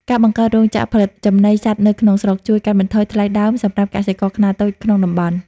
ការបង្កើតរោងចក្រផលិតចំណីសត្វនៅក្នុងស្រុក ជួយកាត់បន្ថយថ្លៃដើមសម្រាប់កសិករខ្នាតតូចក្នុងតំបន់។